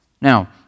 now